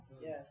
Yes